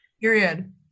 period